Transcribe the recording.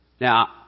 Now